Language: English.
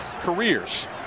careers